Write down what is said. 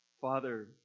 Father